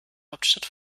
hauptstadt